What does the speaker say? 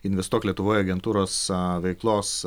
investuok lietuvoje agentūros veiklos